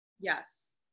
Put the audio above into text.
Yes